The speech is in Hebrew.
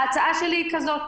ההצעה שלי היא כזו,